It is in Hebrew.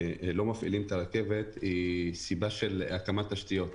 לא מפעילים את הרכבת היא סיבה של הקמת תשתיות.